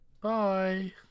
Bye